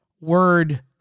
word